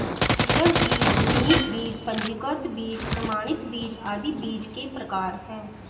breeder बीज, नींव बीज, पंजीकृत बीज, प्रमाणित बीज आदि बीज के प्रकार है